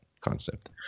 concept